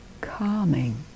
calming